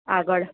આગળ